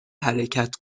حرکت